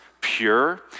pure